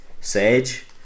Sage